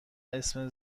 اسم